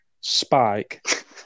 spike